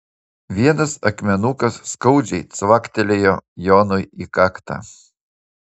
vienas akmenukas skaudžiai cvaktelėjo jonui į kaktą